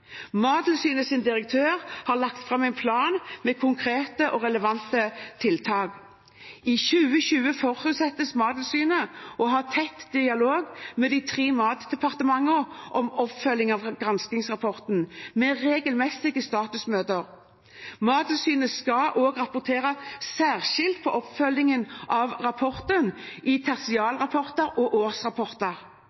direktør har lagt fram en plan med konkrete og relevante tiltak. I 2020 forutsettes Mattilsynet å ha tett dialog med de tre matdepartementene om oppfølging av granskingsrapporten, med regelmessige statusmøter. Mattilsynet skal også rapportere særskilt på oppfølgingen av rapporten i